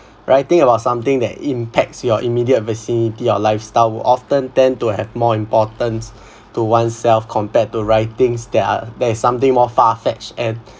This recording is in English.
writing about something that impacts your immediate vicinity or lifestyle would often tend to have more importance to oneself compared to writings that are there is something more far fetched and